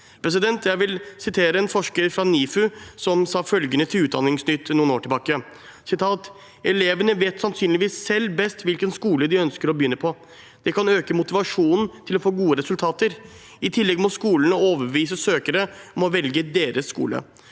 vil gå på. Jeg vil sitere en forsker fra NIFU, som sa følgende til Utdanningsnytt for noen år tilbake: «Elevene vet sannsynligvis selv best hvilken skole de ønsker å begynne på. Det kan øke motivasjonen til å få gode resultater. I tillegg må skolene overbevise søkere om å velge deres skole.